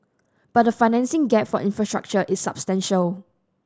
but the financing gap for infrastructure is substantial